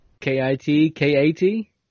K-I-T-K-A-T